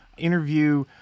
interview